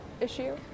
issue